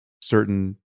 certain